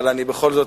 אבל בכל זאת,